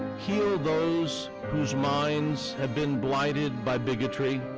heal those whose minds have been blighted by bigotry,